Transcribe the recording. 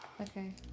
Okay